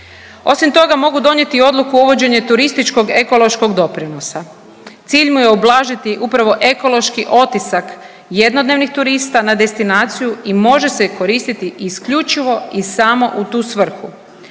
Osim toga mogu donijeti i odluku o uvođenje turističkog ekološkog doprinosa, cilj mu je ublažiti upravo ekološki otisak jednodnevnih turista na destinaciju i može se koristiti isključivo i samo u tu svrhu.